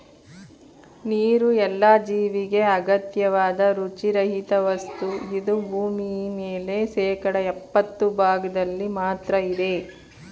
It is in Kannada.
ನೀರುಎಲ್ಲ ಜೀವಿಗೆ ಅಗತ್ಯವಾದ್ ರುಚಿ ರಹಿತವಸ್ತು ಇದು ಭೂಮಿಮೇಲೆ ಶೇಕಡಾ ಯಪ್ಪತ್ತು ಭಾಗ್ದಲ್ಲಿ ಮಾತ್ರ ಇದೆ